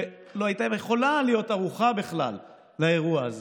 שלא הייתה יכולה להיות ערוכה בכלל לאירוע הזה.